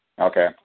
Okay